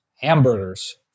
hamburgers